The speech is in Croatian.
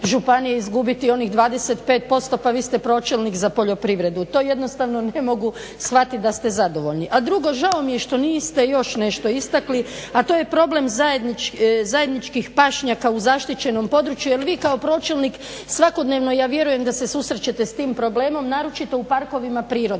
županije izgubiti onih 25%, pa vi ste pročelnik za poljoprivredu. To jednostavno ne mogu shvatiti da ste zadovoljni. A drugo, žao mi je što niste još nešto istakli a to je problem zajedničkih pašnjaka u zaštićenom području jel vi kao pročelnik svakodnevno ja vjerujem da se susrećete s tim problemom naročito u parkovima prirode.